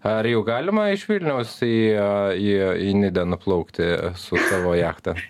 ar jau galima iš vilniaus į į į nidą nuplaukti su savo jachta